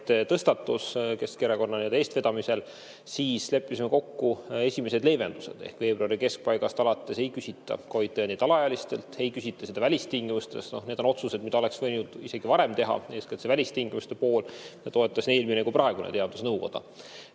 Keskerakonna eestvedamisel, siis leppisime kokku esimesed leevendused. Veebruari keskpaigast alates ei küsita COVID-tõendit alaealistelt, ei küsita seda välistingimustes. Need on otsused, mida oleks võinud isegi varem teha, eeskätt see välistingimuste pool, sest seda toetas nii eelmine kui ka praegune teadusnõukoda.